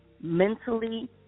mentally